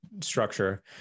structure